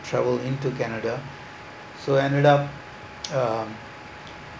travel into canada so ended up um